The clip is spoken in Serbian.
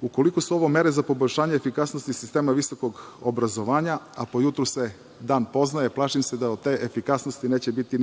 Ukoliko su ovo mere za poboljšanje efikasnosti sistema visokog obrazovanja, a po jutru se dan poznaje, plašim se da od te efikasnosti neće biti